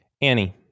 Annie